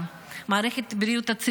מערכת הבריאות שלנו,